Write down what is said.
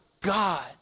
God